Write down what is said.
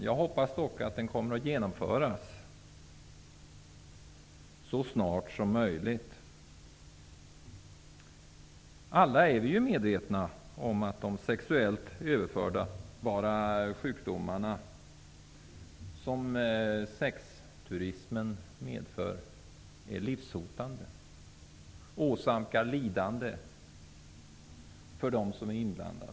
Jag hoppas dock att förslaget kommer att genomföras så snart som möjligt. Vi är alla medvetna om att de sexuellt överförbara sjukdomarna som sexturismen medför är livshotande och åsamkar lidande för de inblandade.